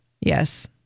Yes